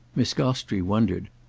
miss gostrey wondered.